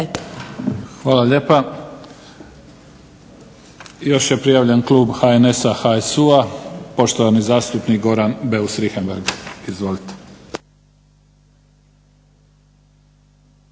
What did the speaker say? Hvala lijepa. Još je prijavljen klub HNS-HSU-a, poštovani zastupnik Goran Beus Richembergh. Izvolite.